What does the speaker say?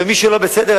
ומי שלא בסדר,